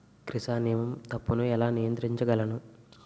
Chrysanthemum తప్పును ఎలా నియంత్రించగలను?